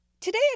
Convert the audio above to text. Today